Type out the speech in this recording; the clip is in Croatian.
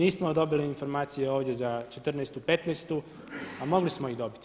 Nismo dobili informacije ovdje za '14. i '15. a mogli smo ih dobiti.